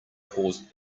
caused